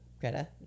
Greta